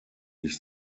ich